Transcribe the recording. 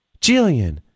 Jillian